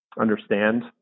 understand